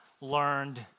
learned